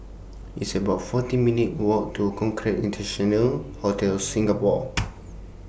It's about fourteen minutes' Walk to Hotel Singapore